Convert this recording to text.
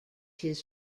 his